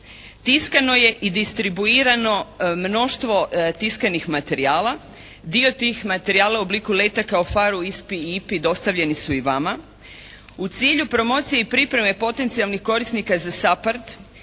Tiskano je i distribuirano mnoštvo tiskanih materijala. Dio tih materijala u obliku letaka o «PHARE-u», «ISPA-i» i «IPA-i» dostavljeni su i vama. U cilju promocije i pripreme potencijalnih korisnika za «SAPHARD»